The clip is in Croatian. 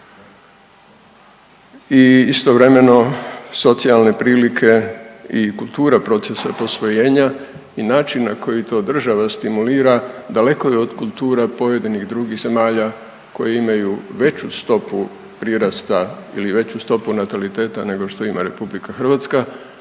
i istovremeno socijalne prilike i kultura procesa posvojenja i način na koji to država stimulira, daleko je od kultura pojedinih drugih zemalja koje imaju veću stopu prirasta ili veću stopu nataliteta nego što ima RH, ali kao